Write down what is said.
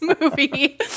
movie